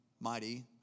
mighty